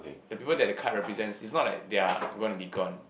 the people that the card represents it's not like they're gonna be gone